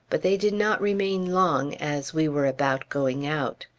but they did not remain long, as we were about going out.